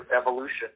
evolution